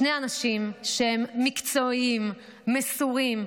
שני אנשים מקצועיים, מסורים.